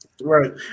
Right